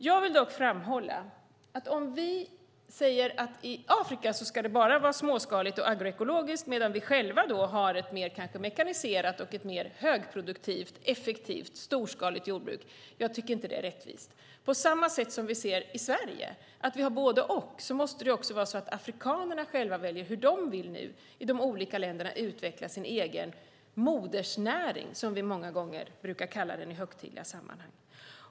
Jag vill dock framhålla att om vi säger att i Afrika ska det bara vara småskaligt och agroekologiskt, medan vi själva kanske har ett mer mekaniserat och ett mer högproduktivt, effektivt och storskaligt jordbruk tycker jag inte att det är rättvist. På samma sätt som vi ser att vi i Sverige har både och måste det vara så att afrikanerna själva väljer hur de i de olika länderna vill utveckla sin egen modernäring, som vi många gånger brukar kalla den i högtidliga sammanhang.